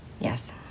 Yes